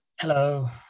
Hello